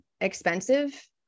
expensive